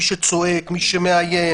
מי שמאיים,